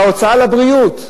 בהוצאה על בריאות,